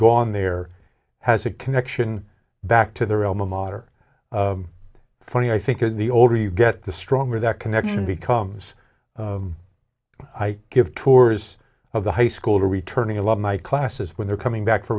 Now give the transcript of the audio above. gone there has a connection back to the realm of mater funny i think is the older you get the stronger that connection becomes i give tours of the high school returning alumni classes when they're coming back for